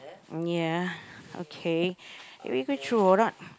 ya okay can we go through or not